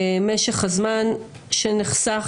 משך הזמן שנחסך,